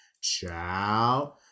ciao